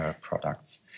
products